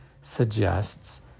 suggests